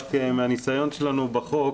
רק מהניסיון שלנו בחוק,